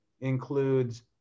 includes